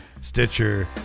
Stitcher